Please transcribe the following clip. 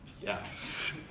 Yes